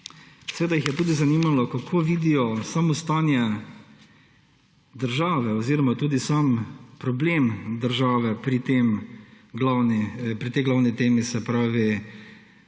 seveda jih je tudi zanimalo, kako vidijo samo stanje države oziroma tudi sam problem države pri tej glavni temi razvoja